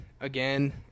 again